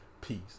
Peace